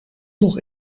nog